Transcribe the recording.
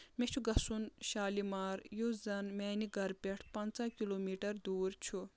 مےٚ چھُ گژھُن شالیمار یُس زَن میانہِ گَرٕ پؠٹھ پنٛژاہ کِلوٗ میٖٹر دوٗر چھُ